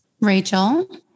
Rachel